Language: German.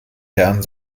herrn